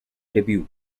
debut